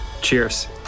Cheers